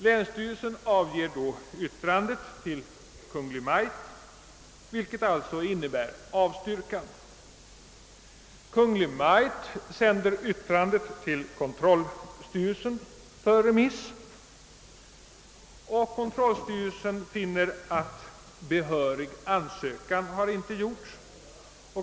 Länsstyrelsen avgav därefter avstyrkande yttrande till Kungl. Maj:t, och ärendet gick sedan på remiss till kontrollstyrelsen, som fann att behörig ansökan inte gjorts.